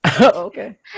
okay